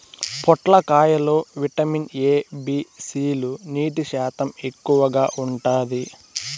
పొట్లకాయ లో vitamin A, B, C లు, నీటి శాతం ఎక్కువగా ఉంటాది